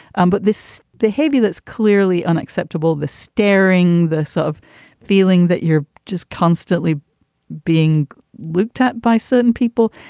um but this behavior that's clearly unacceptable, the staring, the sort of feeling that you're just constantly being looked at by certain people.